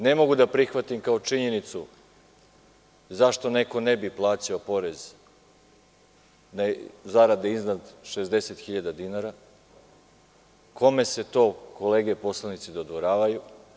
Ne mogu da prihvatim kao činjenicu zašto neko ne bi plaćao porez na zarade iznad 60.000 dinara, kome se to kolege poslanici dodvoravaju?